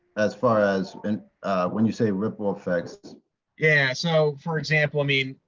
as far as and when you say ripple effects yeah, so for example, i mean,